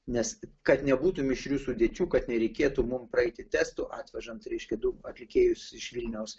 nes kad nebūtų mišrių sudėčių kad nereikėtų mum praeiti testų atvežant reiškia du atlikėjus iš vilniaus